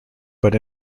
but